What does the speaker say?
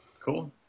Cool